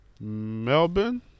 Melbourne